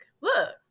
look